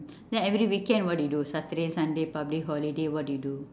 then every weekend what do you do saturday sunday public holiday what do you do